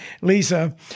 Lisa